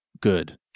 good